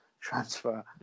transfer